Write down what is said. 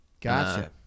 gotcha